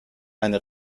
eine